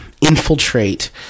infiltrate